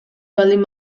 baldin